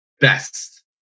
best